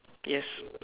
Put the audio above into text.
yes